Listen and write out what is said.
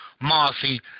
Marcy